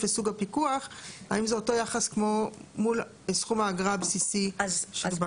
וסוג הפיקוח האם זה אותו יחס כמו מול סכום האגרה הבסיסי שדובר?